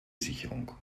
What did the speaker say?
sicherung